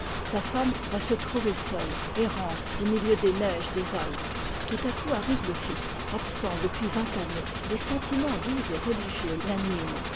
sa femme va se trouver seule errante au milieu des neiges des alpes tout à coup arrive le fils absent depuis vingt années des sentiments doux et religieux